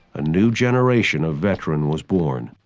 a new generation of veteran was born,